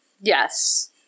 yes